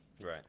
right